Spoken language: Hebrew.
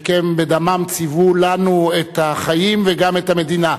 שכן בדמם ציוו לנו את החיים וגם את המדינה.